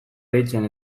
deitzen